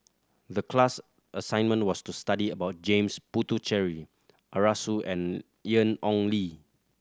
the class assignment was to study about James Puthucheary Arasu and Ian Ong Li